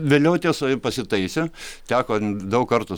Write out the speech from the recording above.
vėliau tiesa pasitaisė teko daug kartų